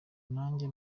nanjye